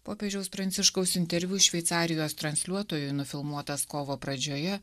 popiežiaus pranciškaus interviu šveicarijos transliuotojui nufilmuotas kovo pradžioje